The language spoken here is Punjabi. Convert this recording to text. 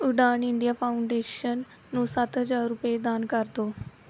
ਉਡਾਣ ਇੰਡੀਆ ਫਾਊਂਡੇਸ਼ਨ ਨੂੰ ਸੱਤ ਹਜ਼ਾਰ ਰੁਪਏ ਦਾਨ ਕਰ ਦਿਓ